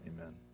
Amen